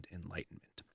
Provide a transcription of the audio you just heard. enlightenment